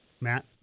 Matt